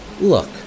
Look